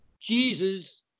Jesus